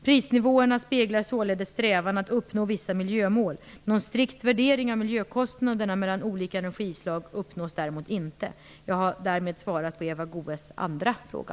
Prisnivåerna speglar således strävan att uppnå vissa miljömål. Någon strikt värdering av miljökostnaderna mellan olika energislag uppnås däremot inte. Jag har därmed svarat på Eva Goës andra fråga.